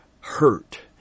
hurt